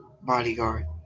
bodyguard